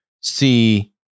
see